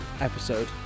episode